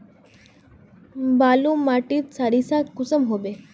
बालू माटित सारीसा कुंसम होबे?